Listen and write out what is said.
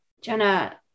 Jenna